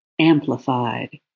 amplified